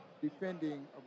defending